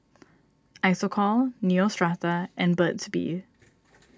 Isocal Neostrata and Burt's Bee